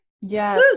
yes